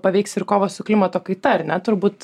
paveiks ir kovą su klimato kaita ar ne turbūt